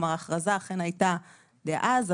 כלומר ההכרזה אכן היתה דאז,